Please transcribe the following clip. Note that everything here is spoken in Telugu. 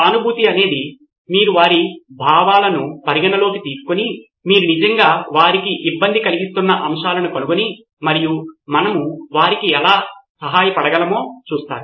సానుభూతి అనేది మీరు వారి భావాలను పరిగణ లోకి తీసుకుని మీరు నిజంగా వారికి ఇబ్బంది కలిగిస్తున్న అంశాలను కనుగొని మరియు మనము వారికి ఎలా సహాయపడగలమో చూస్తారు